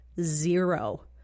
zero